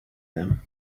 them